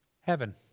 Heaven